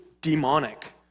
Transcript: demonic